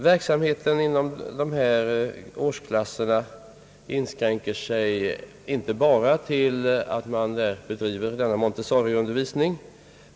Verksamheten inom dessa årsklasser inskränker sig inte bara till att man bedriver denna Montessoriundervisning.